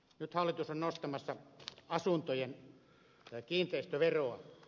nyt hallitus on nostamassa asuntojen kiinteistöveroa